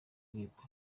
ndirimbo